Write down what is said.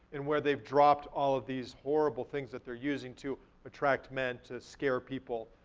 and where they've dropped all of these horrible things that they're using to attract men, to scare people,